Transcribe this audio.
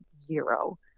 zero